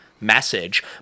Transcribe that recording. Message